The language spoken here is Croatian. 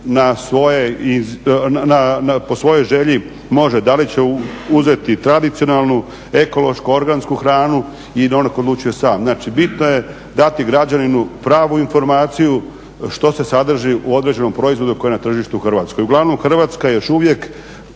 po svojoj želi može da li će uzeti tradicionalnu, ekološku, organsku hranu i da on odlučuje sam. Znači bitno je dati građaninu pravu informaciju što se sadrži u određenom proizvodu koji je na tržištu u Hrvatskoj. Uglavnom Hrvatska je još uvijek